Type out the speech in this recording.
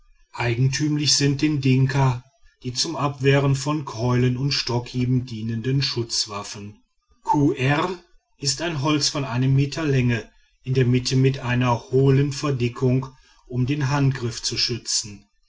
eigentümlich sind den dinka die zum abwehren von keulen und stockhieben dienenden schutzwaffen kuerr ist ein holz von einem meter länge in der mitte mit einer hohlen verdickung um den handgriff zu schützen